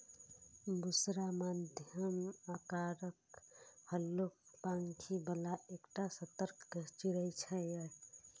बुशरा मध्यम आकारक, हल्लुक पांखि बला एकटा सतर्क चिड़ै छियै